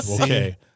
Okay